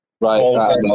Right